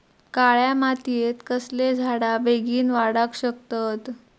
काळ्या मातयेत कसले झाडा बेगीन वाडाक शकतत?